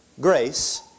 grace